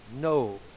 no